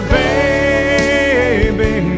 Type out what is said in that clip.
baby